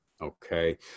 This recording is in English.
okay